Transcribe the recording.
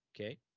okay